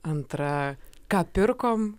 antra ką pirkom